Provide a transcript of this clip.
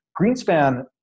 Greenspan